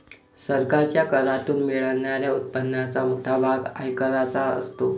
सरकारच्या करातून मिळणाऱ्या उत्पन्नाचा मोठा भाग आयकराचा असतो